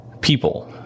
people